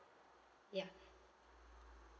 ya